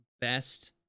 best